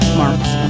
marks